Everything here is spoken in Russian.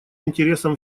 интересам